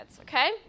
Okay